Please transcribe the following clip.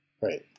right